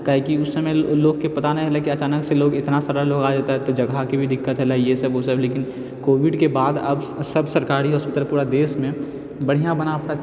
काहेकि उस समय लोकके पता नहि रहलै कि अचानकसँ लोक इतना सारा लोक आ जेतै तऽ जगहके भी दिक्कत रहले यहसभ वएहसब लेकिन कोविडके बाद अब सब सरकारी हॉस्पिटल पूरा देशमे बढ़िआँ बना